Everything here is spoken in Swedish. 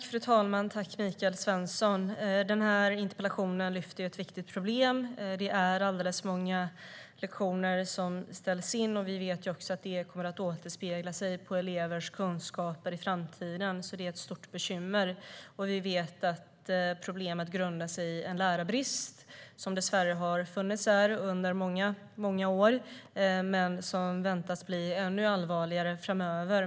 Fru talman! Interpellationen lyfter fram ett viktigt problem. Det är alldeles för många lektioner som ställs in, och vi vet att det kommer att återspeglas i elevers kunskaper i framtiden. Det är alltså ett stort bekymmer. Vi vet också att problemet grundar sig i en lärarbrist. Den har dessvärre funnits under många år och väntas bli ännu allvarligare framöver.